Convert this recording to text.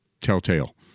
telltale